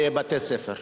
בבתי-ספר.